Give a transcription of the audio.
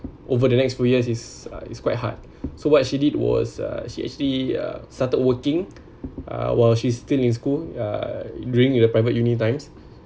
over the next few years is uh it's quite hard so what she did was uh she actually uh started working uh while she's still in school uh during in the private uni times